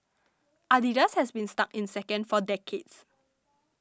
Adidas has been stuck in second for decades